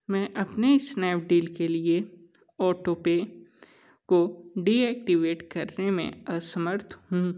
मैं अपने स्नैपडील के लिए ऑटोपे को डीऐक्टिवेट करने में असमर्थ हूँ